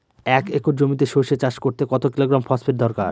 এক একর জমিতে সরষে চাষ করতে কত কিলোগ্রাম ফসফেট দরকার?